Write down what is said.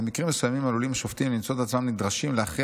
במקרים מסוימים עלולים שופטים למצוא את עצמם נדרשים להכריע